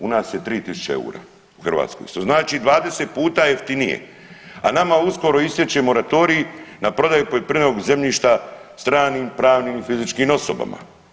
U nas je 3000 eura u Hrvatskoj, što znači 20 puta jeftinije, a nama uskoro istječe moratorij na prodaju poljoprivrednog zemljišta stranim pravnim i fizičkim osobama.